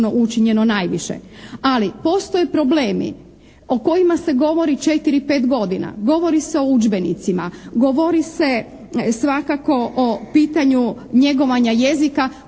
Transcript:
učinjeno najviše. Ali postoje problemi o kojima se govori 4-5 godina. Govori se o udžbenicima, govori se svakako o pitanju njegovanja jezika,